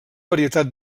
varietat